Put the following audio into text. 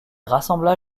rassembla